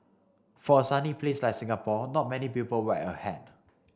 for a sunny place like Singapore not many people wear a hat